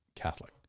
catholic